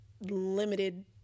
limited